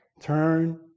Turn